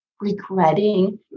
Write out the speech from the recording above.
regretting